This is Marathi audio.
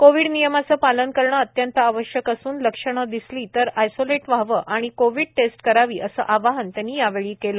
कोविड नियमाचे पालन करणे अत्यंत आवश्यक असून लक्षणे दिसले तर आयासोलेटेड व्हावे आणि कोविड टेस्ट करावी असे आवाहन त्यांनी या वेळेला केले